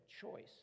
choice